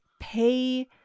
pay